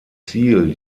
ziel